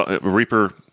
Reaper